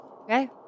Okay